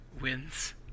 wins